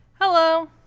Hello